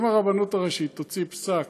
אם הרבנות הראשית תוציא פסק